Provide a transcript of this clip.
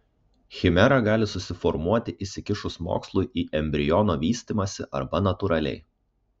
chimera gali susiformuoti įsikišus mokslui į embriono vystymąsi arba natūraliai